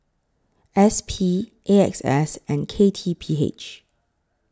S P A X S and K T P H